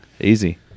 Easy